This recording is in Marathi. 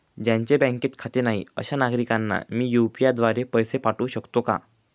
ज्यांचे बँकेत खाते नाही अशा नागरीकांना मी यू.पी.आय द्वारे पैसे पाठवू शकतो का?